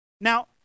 Now